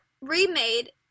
remade